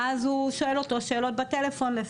והוא שואל אותו שאלות בטלפון.